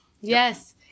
Yes